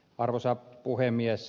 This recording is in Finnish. arvoisa puhemies